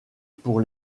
pour